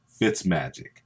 Fitzmagic